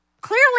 Clearly